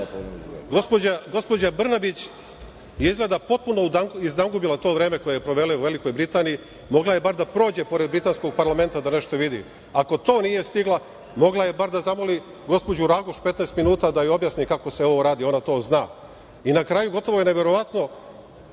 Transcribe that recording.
Gospođa Brnabić je izgleda potpuno izdangubila to vreme koje je provela u Velikoj Britaniji. Mogla je bar da prođe pored britanskog parlamenta da nešto vidi. Ako to nije stigla, mogla je bar da zamoli gospođu Raguš, 15 minuta, da joj objasni kako se ovo radi, ona to zna. Na kraju, gotovo je neverovatna